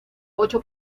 ocho